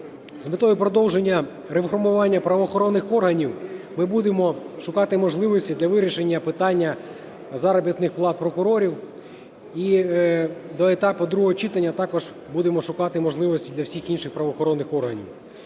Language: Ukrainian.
З метою продовження реформування правоохоронних органів ми будемо шукати можливості для вирішення питання заробітних плат прокурорів. І до етапу другого читання також будемо шукати можливості для всіх інших правоохоронних органів.